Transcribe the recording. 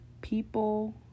People